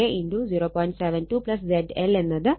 72 ZL എന്നത് 2